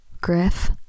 griff